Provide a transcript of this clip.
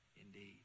indeed